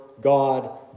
God